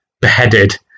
beheaded